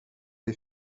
les